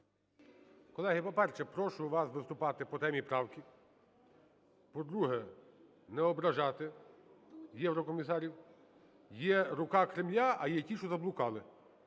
Колеги, по-перше, прошу вас виступати по темі правки. По-друге, не ображати єврокомісарів. Є "рука Кремля" , а є ті, що заблукали.